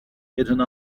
hidden